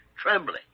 trembling